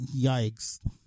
Yikes